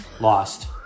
Lost